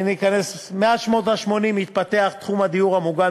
מאז שנות ה-80 התפתח תחום הדיור המוגן